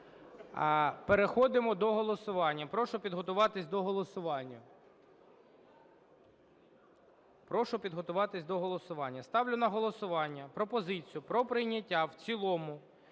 до голосування. Прошу підготуватись до голосування. Ставлю на голосування пропозицію про прийняття в цілому